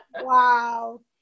Wow